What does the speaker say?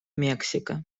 мексика